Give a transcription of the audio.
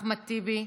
חבר הכנסת אחמד טיבי,